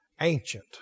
ancient